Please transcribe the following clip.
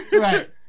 right